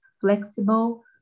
flexible